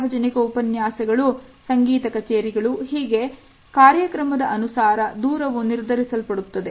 ಸಾರ್ವಜನಿಕ ಉಪನ್ಯಾಸಗಳು ಸಂಗೀತ ಕಛೇರಿಗಳು ಹೀಗೆ ಕಾರ್ಯಕ್ರಮದ ಅನುಸಾರ ದೂರವು ನಿರ್ಧರಿಸಲ್ಪಡುತ್ತದೆ